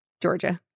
Georgia